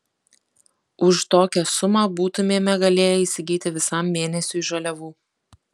už tokią sumą būtumėme galėję įsigyti visam mėnesiui žaliavų